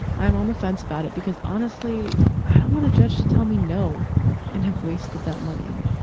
i am on the fence about it because honestly, i don't want a judge to tell me no and have wasted that money.